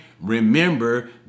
Remember